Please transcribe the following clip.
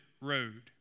road